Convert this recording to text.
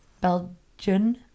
Belgian